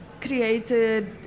created